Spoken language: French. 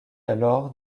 alors